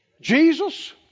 Jesus